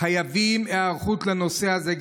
חייבים היערכות לנושא הזה.